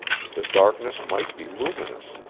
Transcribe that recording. the darkness might be luminous,